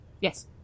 Yes